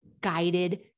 guided